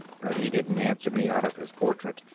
but he didn't answer me out of his portrait.